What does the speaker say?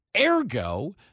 Ergo